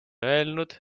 öelnud